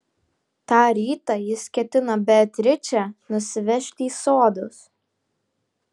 tą rytą jis ketino beatričę nusivežti į sodus